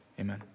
Amen